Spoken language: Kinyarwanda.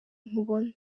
nkubona